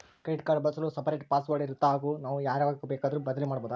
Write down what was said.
Credit card ಬಳಸಲು separate password ಇರುತ್ತಾ ಹಾಗೂ ನಾವು ಯಾವಾಗ ಬೇಕಾದರೂ ಬದಲಿ ಮಾಡಬಹುದಾ?